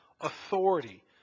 authority